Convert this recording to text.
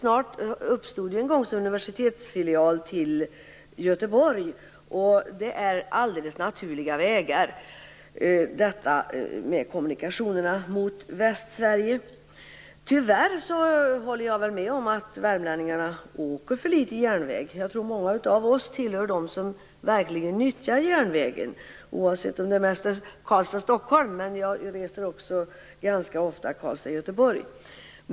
Den uppstod en gång som filial till Göteborgs universitet, så kommunikationerna mot Västsverige är naturliga vägar. Tyvärr håller jag med om att värmlänningarna reser för lite med järnväg. Jag tror att många av oss verkligen nyttjar järnvägen, även om det mest är Karlstad-Stockholm. Jag reser dock ganska ofta också mellan Karlstad och Göteborg.